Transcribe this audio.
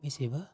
बेसेबा